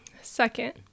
Second